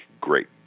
great